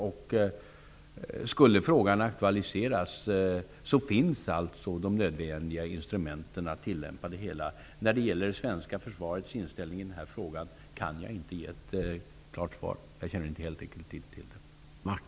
Om frågan skulle aktualiseras finns alltså de nödvändiga instrumenten. På frågan om det svenska försvarets inställning kan jag inte ge ett klart svar. Jag känner helt enkelt inte till det.